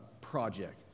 project